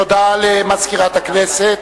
תודה למזכירת הכנסת.